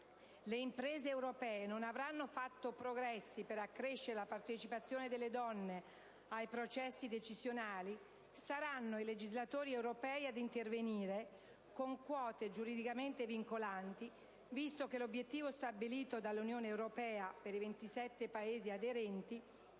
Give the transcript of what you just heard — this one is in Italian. le imprese europee non avranno fatto progressi per accrescere la partecipazione delle donne ai processi decisionali, saranno i legislatori europei ad intervenire con quote giuridicamente vincolanti, visto che l'obiettivo stabilito dall'Unione europea per i 27 Paesi aderenti